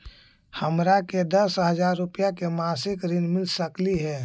हमरा के दस हजार रुपया के मासिक ऋण मिल सकली हे?